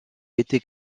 été